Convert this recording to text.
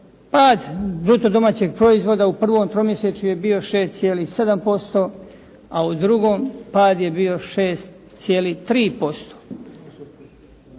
Pad bruto domaćeg proizvoda u prvom tromjesečju je bio 6,7%, a u drugom pad je bio 6,3%.